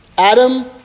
Adam